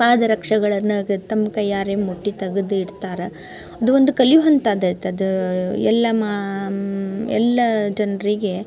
ಪಾದರಕ್ಷೆಗಳನ್ನ ತಮ್ಮ ಕೈಯಾರೆ ಮುಟ್ಟಿ ತೆಗ್ದು ಇಡ್ತಾರೆ ಅದು ಒಂದು ಕಲ್ಯುವಂಥದ್ ಐತೆ ಅದು ಎಲ್ಲ ಮಾ ಎಲ್ಲ ಜನರಿಗೆ